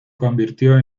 convirtió